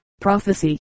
prophecy